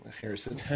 Harrison